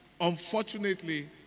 Unfortunately